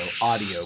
audio